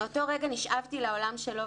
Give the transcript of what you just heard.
מאותו רגע נשאבתי לעולם שלו,